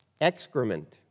excrement